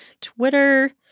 Twitter